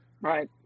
Right